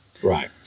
Right